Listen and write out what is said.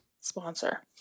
Sponsor